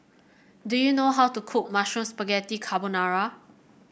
do you know how to cook Mushroom Spaghetti Carbonara